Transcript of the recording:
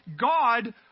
God